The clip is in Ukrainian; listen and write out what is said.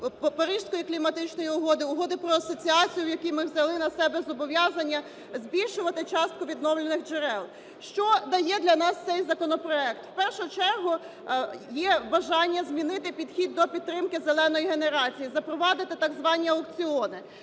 Паризької кліматичної угоди, Угоди про асоціацію, в якій ми взяли на себе зобов'язання збільшувати частку відновлюваних джерел. Що дає для нас цей законопроект. В першу чергу є бажання змінити підхід до підтримки "зеленої" генерації, запровадити так звані аукціони.